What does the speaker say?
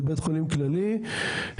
זה בית חולים כללי ששם,